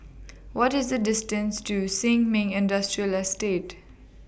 What IS The distance to Sin Ming Industrial Estate